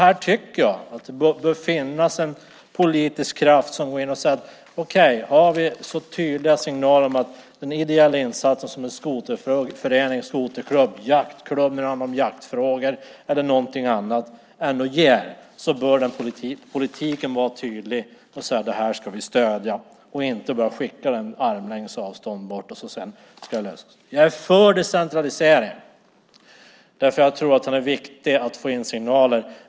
Jag tycker att det bör finnas en politisk kraft som här går in och säger: Okej, om vi har så tydliga signaler - om den ideella insatsen som en skoterförening, en skoterklubb eller en jaktklubb om det handlar om jaktfrågor ändå ger - så bör politiken vara tydlig. Då ska vi säga att det här ska vi stödja, och inte bara skicka det hela på en armlängds avstånd bort och tycka att det ska lösa sig. Jag är för decentralisering därför att jag tror att den är viktig för att få in signaler.